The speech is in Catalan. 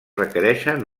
requereixen